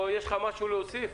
או יש לך משהו להוסיף?